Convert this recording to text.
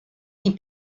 die